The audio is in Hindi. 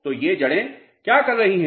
तो ये जड़ें क्या कर रही हैं